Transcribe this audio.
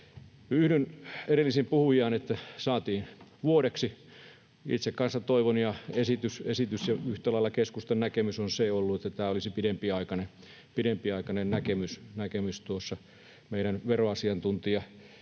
Yhdyn edelliseen puhujaan siinä, että tämä saatiin vuodeksi. Itse kanssa toivon ja yhtä lailla keskustan näkemys on ollut se, että tämä olisi pidempiaikainen — tuossa meidän veroasiantuntijan kanssa